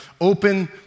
open